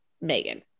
megan